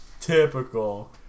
Typical